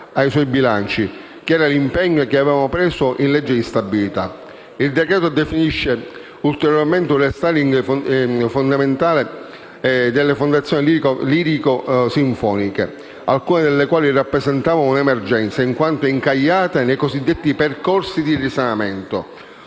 Il decreto-legge definisce ulteriormente il *restyling* delle fondazioni lirico-sinfoniche, alcune delle quali rappresentavano un'emergenza, in quanto incagliate nei cosiddetti percorsi di risanamento;